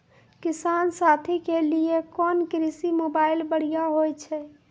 किसान साथी के लिए कोन कृषि मोबाइल बढ़िया होय छै?